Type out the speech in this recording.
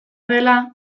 dela